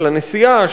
של הנסיעה,